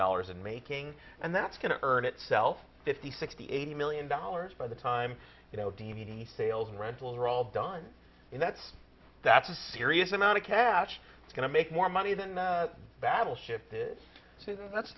dollars and making and that's going to earn itself fifty sixty eighty million dollars by the time you know d v d sales and rentals are all done in that's that's a serious amount of cash it's going to make more money than the battleship is so that's